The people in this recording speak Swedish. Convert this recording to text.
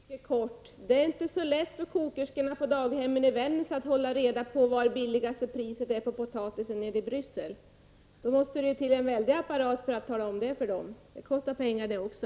Herr talman! Mycket kort. Det är inte så lätt för kokerskorna på daghemmen i Vännäs att hålla reda på vad som är billigaste priset på potatis nere i Bryssel. Det måste till en väldig apparat för att tala om det för dem. Det kostar pengar det också.